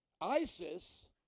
ISIS